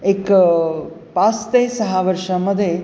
एक पाच ते सहा वर्षामध्ये